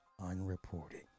unreported